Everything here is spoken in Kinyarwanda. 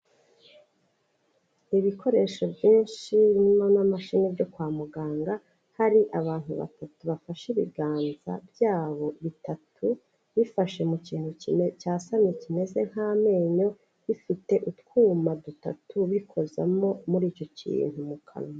Ibikoresho byinshi birimo na mashine byo kwa muganga, hari abantu batatu bafashe ibiganza byabo bitatu, bifashe mu kintu kimwe cyasamye kimeze nk'amenyo, bifite utwuma dutatu bikozamo muri icyo kintu mu kanwa.